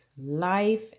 life